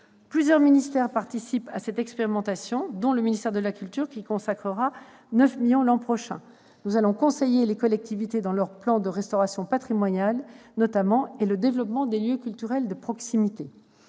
Plusieurs ministères participent à cette expérimentation, dont le ministère de la culture, qui y consacrera 9 millions d'euros l'année prochaine. Nous allons conseiller les collectivités concernant leurs plans de restauration patrimoniale, notamment, et le développement de lieux culturels de proximité.